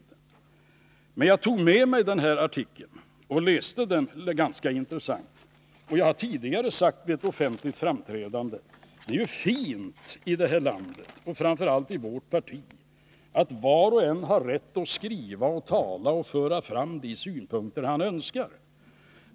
Jag har emellertid tagit med mig denna artikel, och jag har läst den noggrant. I ett tidigare offentligt framträdande har jag också sagt att det är fint att vi i detta land och framför allt vi socialdemokrater har rätt att så fritt i tal och skrift framföra våra synpunkter och önskemål.